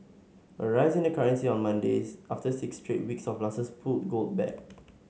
a rise in the currency on Mondays after six straight weeks of losses pulled gold back